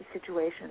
situation